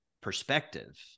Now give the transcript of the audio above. perspective